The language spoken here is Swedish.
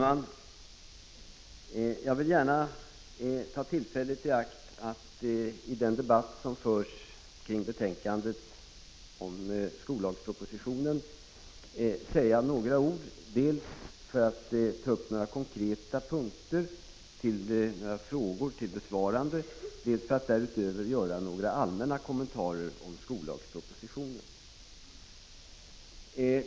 Herr talman! Jag vill ta tillfället i akt att säga några ord i den debatt som förs med anledning av betänkandet om skollagspropositionen, dels för att ta upp några konkreta frågor till besvarande, dels för att därutöver göra några allmänna kommentarer till skollagspropositionen.